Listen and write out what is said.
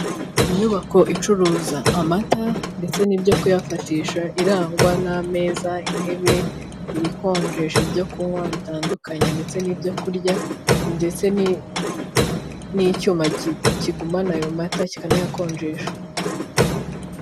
Inyubako icuruza amata ndetse nibyo kuyafatisha irangwa n'ameza, intebe, ibikonjesha ibyo kunywa bitandukanye ndetse n'ibyo kurya ndetse n'icyuma kigumana ayo mata kikanayakonjesha.